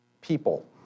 people